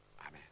Amen